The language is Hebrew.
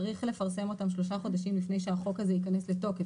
צריך לפרסם אותן שלושה חודשים לפני שהחוק הזה יכנס לתוקף